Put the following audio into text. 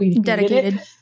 dedicated